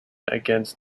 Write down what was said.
against